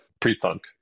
pre-thunk